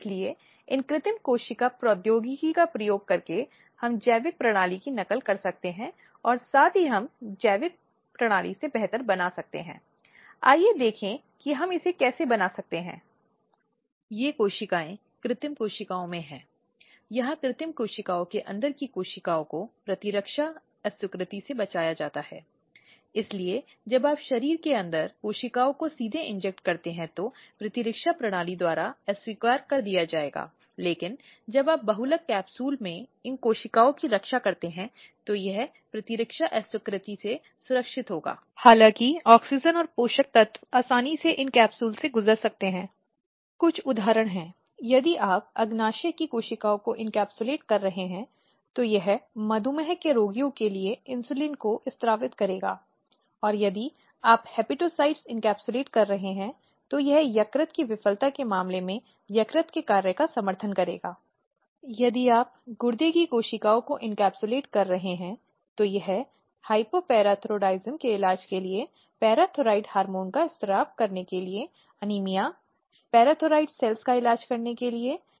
इसलिए यह महत्वपूर्ण है कि लिंग आधारित हिंसा समाज में कहीं न कहीं नियंत्रित और प्रतिबंधित हो और यह सुनिश्चित किया गया है कि इस समाज में महिलाएं अपने मौलिक स्वतंत्रता की पूर्ण प्राप्ति के साथ खुशी और सुरक्षित रूप से जीने और जीने में सक्षम हैं क्योंकि इस तरह की हिंसा में ऐसे कार्य होते हैं जिसके परिणामस्वरूप शारीरिक यौन या मनोवैज्ञानिक नुकसान या महिलाओं को पीड़ित करना होते हैं जिसमें इस तरह के कृत्यों की धमकियों सहित या मनमाने ढंग से स्वतंत्रता से वंचित करना शामिल है